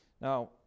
Now